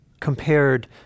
compared